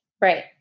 Right